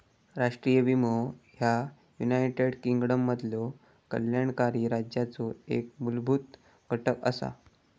राष्ट्रीय विमो ह्या युनायटेड किंगडममधलो कल्याणकारी राज्याचो एक मूलभूत घटक असा